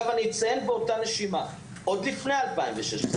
באותה נשימה אציין שעוד לפני 2016,